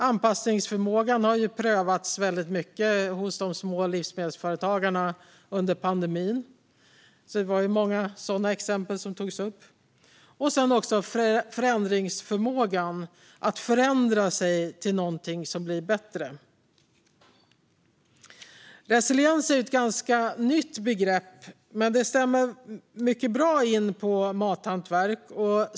Anpassningsförmågan har ju prövats väldigt mycket hos de små livsmedelsföretagarna under pandemin, och det var många sådana exempel som togs upp. Förändringsförmåga, alltså förmågan att förändra sig till någonting som blir bättre. Resiliens är ett ganska nytt begrepp, men det stämmer mycket bra in på mathantverk.